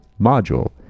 module